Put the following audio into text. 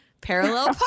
parallel